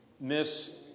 miss